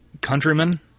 countrymen